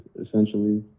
essentially